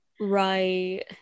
right